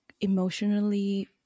emotionally